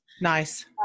Nice